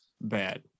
bad